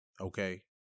Okay